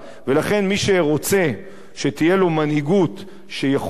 ולכן, מי שרוצה שתהיה לו מנהיגות שיכולה